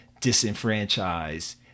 disenfranchise